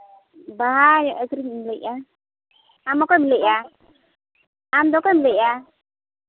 ᱵᱟᱦᱟᱧ ᱟᱹᱠᱷᱨᱤᱧᱤᱧ ᱞᱟᱹᱭᱮᱫᱟ ᱟᱢ ᱚᱠᱚᱭᱮᱢ ᱞᱟᱹᱭᱮᱫᱟ ᱟᱢᱫᱚ ᱚᱠᱚᱭᱮᱢ ᱞᱟᱹᱭᱮᱫᱟ